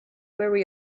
where